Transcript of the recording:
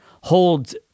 holds